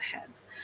heads